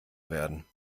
werden